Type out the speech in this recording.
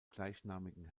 gleichnamigen